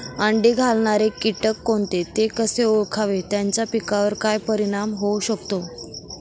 अंडी घालणारे किटक कोणते, ते कसे ओळखावे त्याचा पिकावर काय परिणाम होऊ शकतो?